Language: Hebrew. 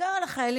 בעיקר על החיילים,